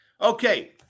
Okay